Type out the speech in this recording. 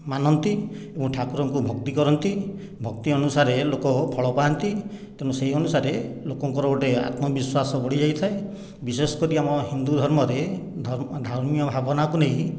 ମାନନ୍ତି ଏବଂ ଠାକୁରଙ୍କୁ ଭକ୍ତି କରନ୍ତି ଭକ୍ତି ଅନୁସାରେ ଲୋକ ଫଳ ପାଆନ୍ତି ତେଣୁ ସେହି ଅନୁସାରେ ଲୋକଙ୍କର ଗୋଟିଏ ଆତ୍ମବିଶ୍ୱାସ ବଢ଼ିଯାଇଥାଏ ବିଶେଷ କରି ଆମ ହିନ୍ଦୁ ଧର୍ମରେ ଧାର୍ମିୟ ଭାବନାକୁ ନେଇ